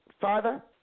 Father